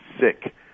sick